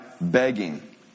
begging